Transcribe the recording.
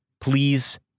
please